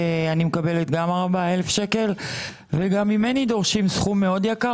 מקבלת 4,000 שקל וגם ממני דורשים סכום מאוד יקר.